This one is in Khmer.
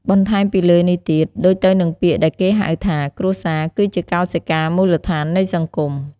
បន្ថែមពីលើនេះទៀត ដូចទៅនឹងពាក្យដែលគេហៅថា គ្រួសារគឺជាកោសិកាមូលដ្ឋាននៃសង្គម។